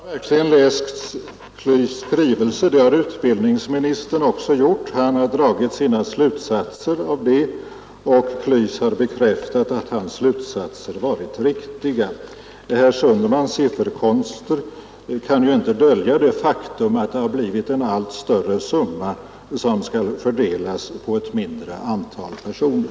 Herr talman! Jag har verkligen läst KLYS:s skrivelse, och det har utbildningsministern också gjort. Han har dragit sina slutsatser av den, och KLYS har bekräftat att hans slutsatser varit riktiga. Herr Sundmans sifferkonster kan ju inte dölja det faktum att det har blivit en allt större summa som skall fördelas på ett mindre antal personer.